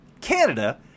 Canada